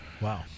Wow